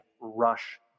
rush